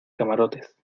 camarotes